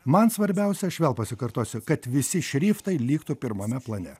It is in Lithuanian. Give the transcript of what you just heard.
man svarbiausia aš vėl pasikartosiu kad visi šriftai liktų pirmame plane